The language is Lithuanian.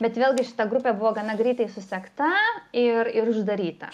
bet vėlgi šita grupė buvo gana greitai susekta ir ir uždaryta